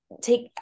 take